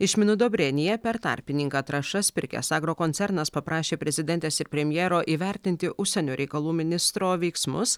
iš minudobrenija per tarpininką trąšas pirkęs agrokoncernas paprašė prezidentės ir premjero įvertinti užsienio reikalų ministro veiksmus